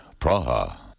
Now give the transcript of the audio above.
Praha